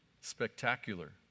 Spectacular